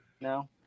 No